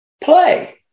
play